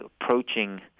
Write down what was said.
approaching